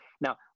Now